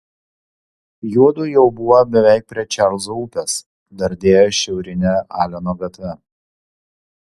juodu jau buvo beveik prie čarlzo upės dardėjo šiaurine aleno gatve